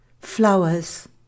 Flowers